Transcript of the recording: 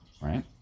right